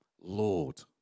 Lord